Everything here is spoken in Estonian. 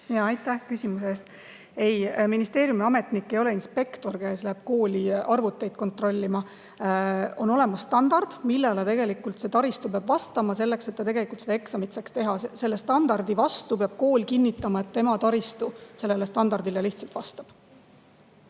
Aitäh küsimuse eest! Ei, ministeeriumi ametnik ei ole inspektor, kes läheb kooli arvuteid kontrollima. On olemas standard, millele see taristu peab vastama, et kool tegelikult neid eksameid saaks teha. Selle standardi saamisel peab kool kinnitama, et tema taristu sellele standardile vastab.